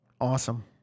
Awesome